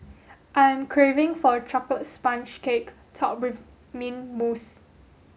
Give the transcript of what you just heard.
I am craving for a chocolate sponge cake topped with mint mousse